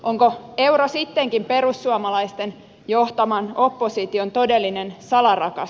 onko euro sittenkin perussuomalaisten johtaman opposition todellinen salarakas